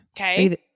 Okay